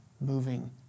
moving